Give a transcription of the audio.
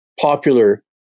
popular